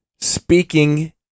speaking